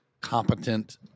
competent